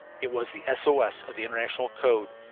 it was the s o s of the international code,